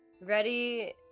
ready